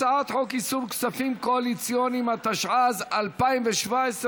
הצעת חוק איסור כספים קואליציוניים, התשע"ז 2017,